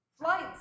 flights